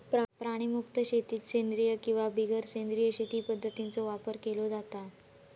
प्राणीमुक्त शेतीत सेंद्रिय किंवा बिगर सेंद्रिय शेती पध्दतींचो वापर केलो जाता